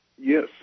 Yes